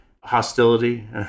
hostility